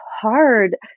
hard